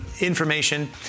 information